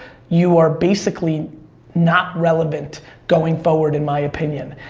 you are basically not relevant going forward, in my opinion.